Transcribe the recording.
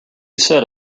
said